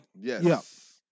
Yes